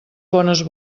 bones